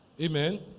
Amen